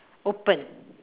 open